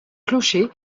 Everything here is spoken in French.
clocher